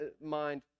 mind